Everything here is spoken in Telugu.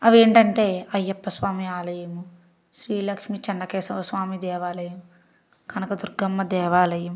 అవేంటంటే అయ్యప్ప స్వామి ఆలయం శ్రీ లక్ష్మి చెన్నకేశవ స్వామి దేవాలయం కనక దుర్గమ్మ దేవాలయం